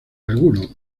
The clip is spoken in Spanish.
alguno